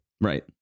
Right